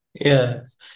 Yes